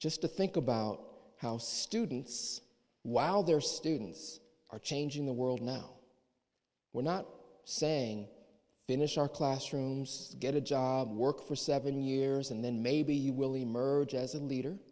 just to think about how students while their students are changing the world now we're not saying finish our classrooms get a job work for seven years and then maybe you will emerge as a leader